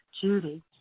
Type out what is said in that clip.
Judy